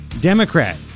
Democrat